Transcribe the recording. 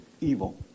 evil